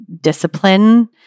discipline